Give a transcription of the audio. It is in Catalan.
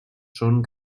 són